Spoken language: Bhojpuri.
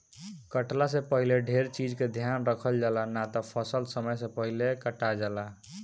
कटला से पहिले ढेर चीज के ध्यान रखल जाला, ना त फसल समय से पहिले कटा जाला